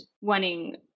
wanting